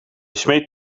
smeet